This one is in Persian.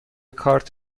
کارت